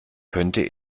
könnte